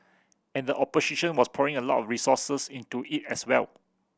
and the opposition was pouring a lot resources into it as well